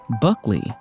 Buckley